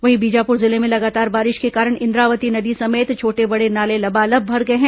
वहीं बीजापुर जिले में लगातार बारिश के कारण इंद्रावती नदी समेत छोटे बड़े नाले लबालब भर गए हैं